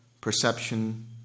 perception